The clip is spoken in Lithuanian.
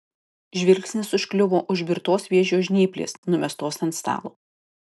žvilgsnis užkliuvo už virtos vėžio žnyplės numestos ant stalo